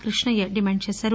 Krishnaiah demand చేశారు